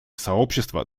сообщество